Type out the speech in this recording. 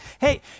Hey